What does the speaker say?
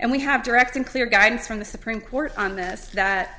and we have direct and clear guidance from the supreme court on this that